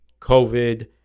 COVID